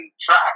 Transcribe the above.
track